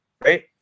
right